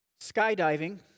Skydiving